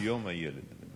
יום הילד הבין-לאומי.